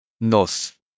Nos